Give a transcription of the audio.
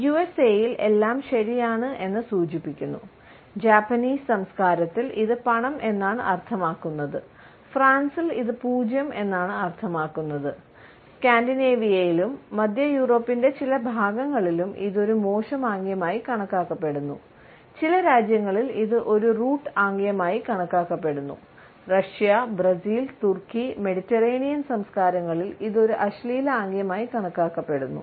യുഎസ്എയിൽ എല്ലാം ശരിയാണ് എന്ന് സൂചിപ്പിക്കുന്നു ജാപ്പനീസ് സംസ്കാരത്തിൽ ഇത് പണം എന്നാണ് അർത്ഥമാക്കുന്നത് ഫ്രാൻസിൽ ഇത് പൂജ്യം എന്നാണ് അർത്ഥമാക്കുന്നത് സ്കാൻഡിനേവിയയിലും മധ്യയൂറോപ്പിന്റെ ചില ഭാഗങ്ങളിലും ഇത് ഒരു മോശം ആംഗ്യമായി കണക്കാക്കപ്പെടുന്നു ചില രാജ്യങ്ങളിൽ ഇത് ഒരു റൂട്ട് ആംഗ്യമായി കണക്കാക്കപ്പെടുന്നു റഷ്യ ബ്രസീൽ തുർക്കി മെഡിറ്ററേനിയൻ സംസ്കാരങ്ങളിൽ ഇത് ഒരു അശ്ലീല ആംഗ്യമായി കണക്കാക്കപ്പെടുന്നു